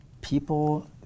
People